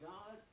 God